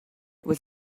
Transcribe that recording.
was